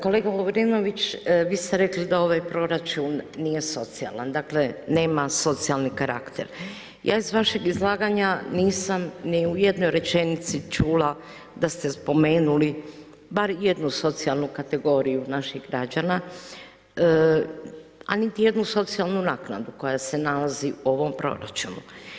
Kolega Lovrinović, vi ste rekli da ovaj proračun nije socijalan, dakle nema socijalan karakter, ja iz vašeg izlaganja nisam ni u jednoj rečenici čula da ste spomenuli bar jednu socijalnu kategoriju naših građana, a niti jednu socijalnu naknadu koja se nalazi u ovom proračunu.